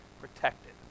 protected